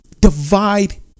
Divide